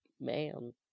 man